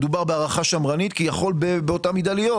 מדובר בהערכה שמרנית כי יכול באותה מידה להיות